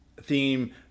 theme